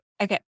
okay